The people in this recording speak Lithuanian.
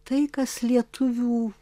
tai kas lietuvių